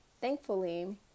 thankfully